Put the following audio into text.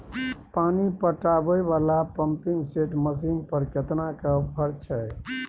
पानी पटावय वाला पंपिंग सेट मसीन पर केतना के ऑफर छैय?